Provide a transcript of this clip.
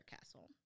castle